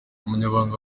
umunyamabanga